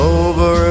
over